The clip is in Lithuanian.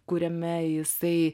kuriame jisai